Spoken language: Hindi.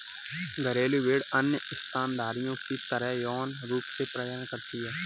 घरेलू भेड़ें अन्य स्तनधारियों की तरह यौन रूप से प्रजनन करती हैं